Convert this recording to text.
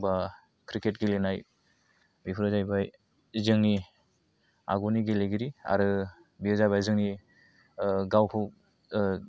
बा क्रिकेट गेलेनाय बेफोरो जाहैबाय जोंनि आगुनि गेलेगिरि आरो बे जाबाय जोंनि गावखौ